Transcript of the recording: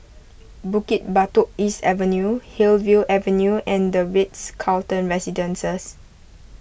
Bukit Batok East Avenue Hillview Avenue and the Ritz Carlton Residences